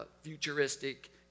futuristic